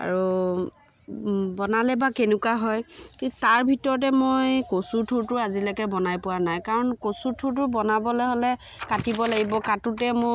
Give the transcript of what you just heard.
আৰু বনালে বা কেনেকুৱা হয় তাৰ ভিতৰতে মই কচুৰথোৰটো আজিলৈকে বনাই পোৱা নাই কাৰণ কচুৰথোৰটো বনাবলৈ হ'লে কাটিব লাগিব কাটোতে মোৰ